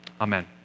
Amen